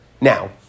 Now